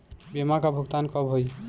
बीमा का भुगतान कब होइ?